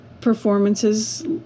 performances